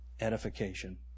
Edification